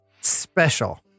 special